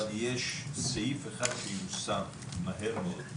אבל יש סעיף אחד שיושם מהר מאוד,